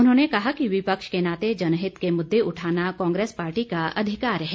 उन्होंने कहा कि विपक्ष के नाते जनहित के मुददे उठाना कांग्रेस पार्टी का अधिकार है